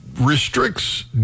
restricts